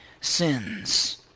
sins